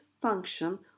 function